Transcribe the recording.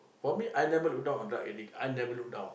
for me I never look down on drug addict I never look down